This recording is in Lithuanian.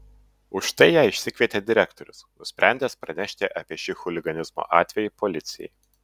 už tai ją išsikvietė direktorius nusprendęs pranešti apie šį chuliganizmo atvejį policijai